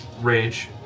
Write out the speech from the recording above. Rage